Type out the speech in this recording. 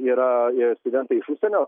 yra studentai iš užsienio